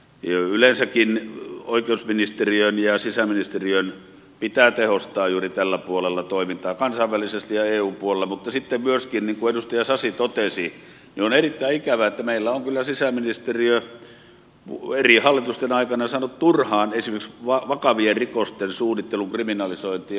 yleensäkin oikeusministeriön ja sisäministeriön pitää tehostaa juuri tällä puolella toimintaa kansainvälisesti ja eun puolella mutta sitten myöskin niin kuin edustaja sasi totesi on erittäin ikävää että meillä on kyllä sisäministeriö eri hallitusten aikana saanut turhaan esimerkiksi vakavien rikosten suunnittelun kriminalisointia ajaa